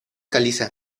caliza